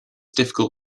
difficult